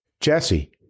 jesse